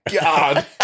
God